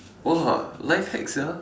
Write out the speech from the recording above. !wah! life hack sia